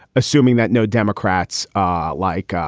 assuming that no democrats ah like, ah